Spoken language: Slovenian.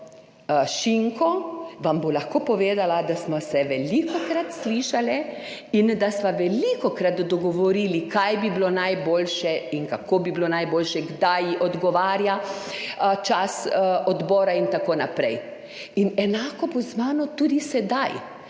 lahko povedala, da sva se velikokrat slišali, in da sva velikokrat dogovorili kaj bi bilo najboljše in kako bi bilo najboljše, kdaj ji odgovarja čas odbora, itn., in enako bo z mano tudi sedaj.